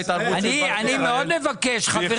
אני מאוד מבקש, חברים.